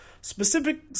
specific